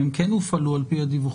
הם כן הועלו, על פי הדיווחים.